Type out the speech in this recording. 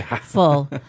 full